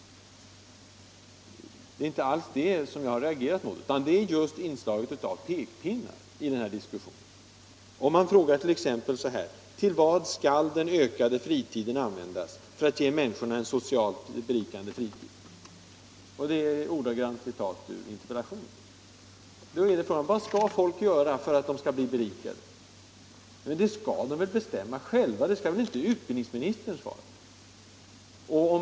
Det är inte alls det jag har reagerat mot, utan det är just inslaget av pekpinnar i den här diskussionen. I interpellationen frågas t.ex.: ”Till vad skall den ökade fritiden användas för att ge människorna en socialt berikande fritid?” Ja, vad skall folk göra för att bli berikade? Det skall de väl få bestämma själva, det skall väl inte utbildningsministern göra?